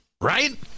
right